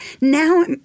now